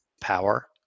power